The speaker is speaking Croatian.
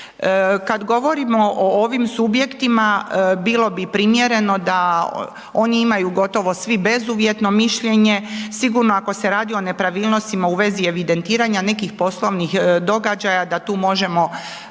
Kad govorimo o ovim subjektima, bilo bi primjereno da oni imaju gotovo svi bezuvjetno mišljenje, sigurno ako se radi o nepravilnostima u vezi evidentiranja nekih poslovnih događaja da tu možemo